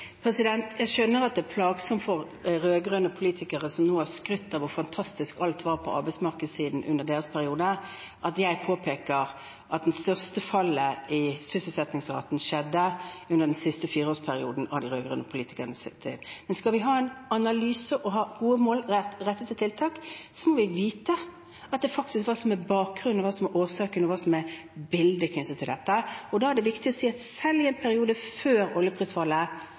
Jeg skjønner at det er plagsomt for rød-grønne politikere som nå har skrytt av hvor fantastisk alt var på arbeidsmarkedssiden under deres periode, at jeg påpeker at det største fallet i sysselsettingsraten skjedde under den siste fireårsperioden av de rød-grønne politikernes tid. Men skal vi ha en annerledes analyse og gode målrettede tiltak, må vi vite hva som er bakgrunnen, hva som er årsaken, og hva som er bildet knyttet til dette, og da er det viktig å si at selv i en periode før oljeprisfallet,